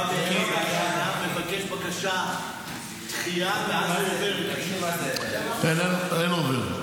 בא --- מבקש בקשת דחייה ואז הוא עובר --- אין עובר,